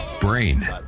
brain